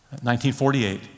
1948